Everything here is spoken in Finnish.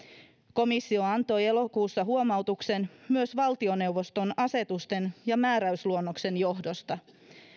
komissio antoi elokuussa huomautuksen myös valtioneuvoston asetusten ja määräysluonnoksen johdosta